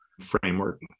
framework